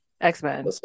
x-men